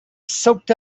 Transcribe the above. soaked